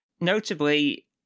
Notably